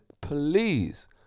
please